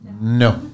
No